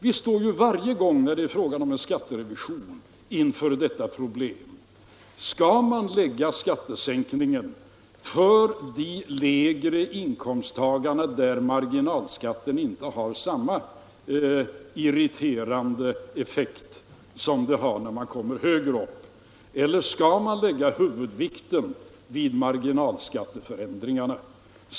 Ja, man står ju varje gång, när det är fråga om en skatterevision, inför detta problem: Skall man lägga skattesänkningen hos de lägre inkomsttagarna, där marginalskatten inte har samma irriterande effekt som högre upp, eller skall man lägga huvudvikten vid marginalskatteförändringarna?